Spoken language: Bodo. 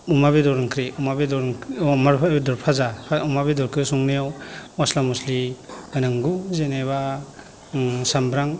अमा बेदर ओंख्रि अमा बेदर भाजा अमा बेदरखौ संनायाव मस्ला मस्लि होनांगौ जेनेबा सामब्राम